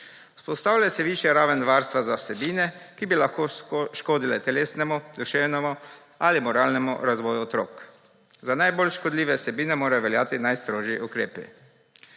Vzpostavlja se višja raven varstva za vsebine, ki bi lahko škodile telesnemu, duševnemu ali moralnemu razvoju otrok. Za najbolj škodljive vsebine morajo veljati najstrožji ukrepi.